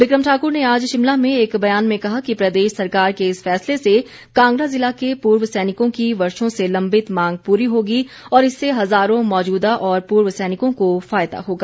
बिक्रम ठाकुर ने आज शिमला में एक बयान में कहा कि प्रदेश सरकार के इस फैसले से कांगड़ा ज़िला के पूर्व सैनिकों की वर्षो से लंबित मांग पूरी होगी तथा इससे हज़ारों मौजूदा और पूर्व सैनिकों को फायदा होगा